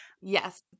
Yes